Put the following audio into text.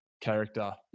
character